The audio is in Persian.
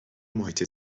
محیط